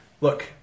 Look